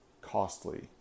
costly